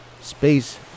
space